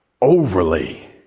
overly